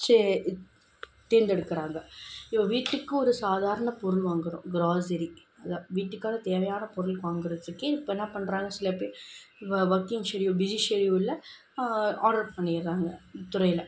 சே இத் தேர்ந்தெடுக்கிறாங்க இப்போ வீட்டுக்கு ஒரு சாதாரண பொருள் வாங்குகிறோம் க்ராசரி அதை வீட்டுக்கான தேவையான பொருள் வாங்குறதுக்கே இப்போ என்ன பண்ணுறாங்க சில பேர் வ வொர்கிங் ஷெடியூல் பிஸி ஷெடியூல்ல ஆடர் பண்ணிடுறாங்க இத்துறையில்